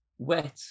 wet